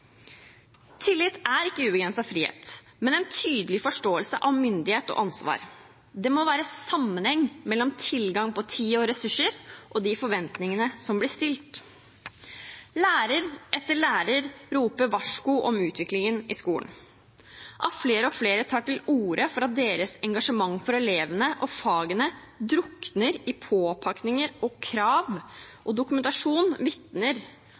Tillit er ikke ubegrenset frihet, men en tydelig forståelse av myndighet og ansvar. Det må være sammenheng mellom tilgang på tid og ressurser og de forventningene som blir stilt. Lærer etter lærer roper varsko om utviklingen i skolen. At flere og flere tar til orde for at deres engasjement for elevene og fagene drukner i påpakninger og krav og dokumentasjon, vitner